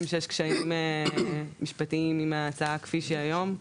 שיש קשיים משפטיים עם ההצעה כפי שהיא היום,